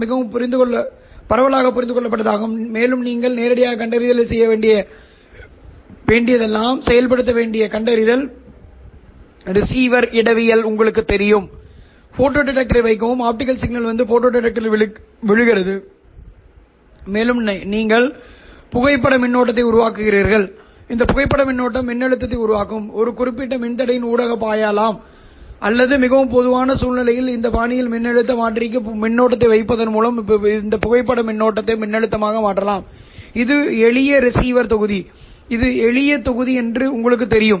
ஒரு QPSK சமிக்ஞைக்கு a வேறுபட்டது அல்லது a மாறிலி என்று நீங்கள் நினைக்கலாம் ஆனால் θs Π 4 3 Π 4 7 Π 4 மற்றும் 5 Π 4 ஒரு பொதுவான QAM சமிக்ஞைக்கு a மற்றும் θs இரண்டும் மாறும் இது ஒரு பொதுவான QAM சமிக்ஞைக்கு வழிவகுக்கும் மற்றும் ஆப்டிகல் ரிசீவரின் நோக்கம் a மற்றும் θs இரண்டையும் பிரித்தெடுப்பதாகும் எனவே இந்த உள்வரும் சமிக்ஞை இந்த எல்லா அளவுருக்களாலும் வகைப்படுத்தப்படுகிறது உள்ளூர் ஊசலாட்டம் அதன் உள்ளூர் ஊசலாட்ட சக்தியால் வகைப்படுத்தப்படுகிறது